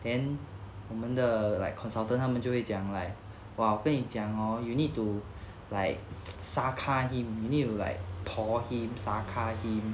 then 我们的 like consultant 他们就会讲 like !wah! 会长 hor you need to like sarca him you need to like tore him sarca him